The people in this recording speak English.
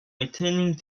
returning